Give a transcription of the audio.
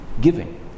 Giving